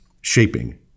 shaping